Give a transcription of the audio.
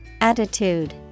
Attitude